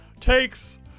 takes